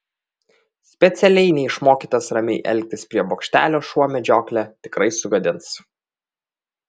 specialiai neišmokytas ramiai elgtis prie bokštelio šuo medžioklę tikrai sugadins